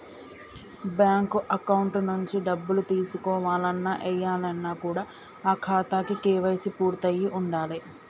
bank account నుంచి డబ్బులు తీసుకోవాలన్న, ఏయాలన్న కూడా ఆ ఖాతాకి కేవైసీ పూర్తయ్యి ఉండాలే